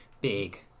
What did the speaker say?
big